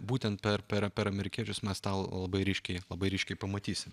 būtent per per per amerikiečius mes tą labai ryškiai labai ryškiai pamatysim